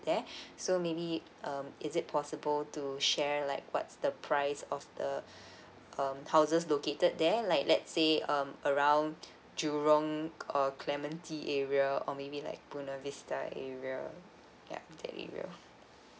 there so maybe um is it possible to share like what's the price of the um houses located there like let's say um around jurong or clementi area or maybe like buona vista area yeah that area